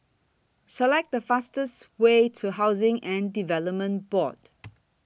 Select The fastest Way to Housing and Development Board